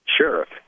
sheriff